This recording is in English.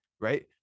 right